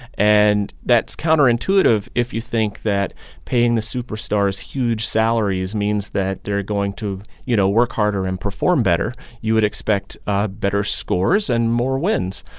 and that's counterintuitive if you think that paying the superstars huge salaries means that they're going to, you know, work harder and perform better. you would expect ah better scores and more wins,